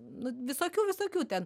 nu visokių visokių ten